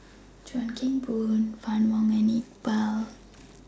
Chuan Keng Boon Fann Wong and Iqbal